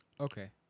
Okay